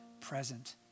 present